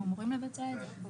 הם אמורים לבצע את זה.